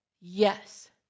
Yes